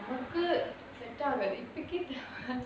set ஆகாது இப்போதைக்கு:agaathu ipothaikku